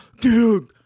Dude